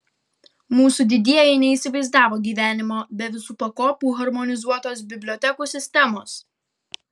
mūsų didieji neįsivaizdavo gyvenimo be visų pakopų harmonizuotos bibliotekų sistemos